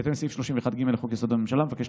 בהתאם לסעיף 31(ג) לחוק-יסוד: הממשלה מבקשת